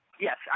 Yes